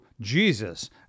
Jesus